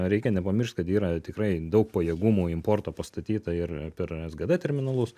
reikia nepamiršt kad yra tikrai daug pajėgumų importo pastatyta ir per sgd terminalus